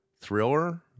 thriller